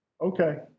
okay